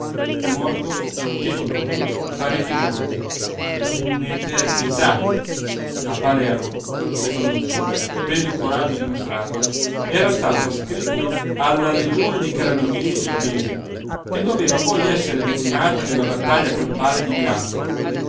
aspettato piú morto che vivo parecchi giorni un'eternità a palermo stefanuccio per il coraggio dimostrato era stato ascritto alla legione dei carabinieri genovesi che doveva poi essere decimata nella battaglia campale di milazzo